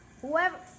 Whoever